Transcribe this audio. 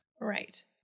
Right